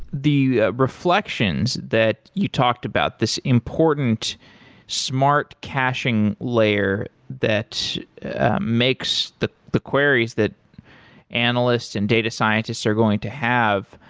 the reflections that you talked about, this important smart caching layer that makes the the queries that analysts and data scientists are going to have,